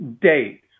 date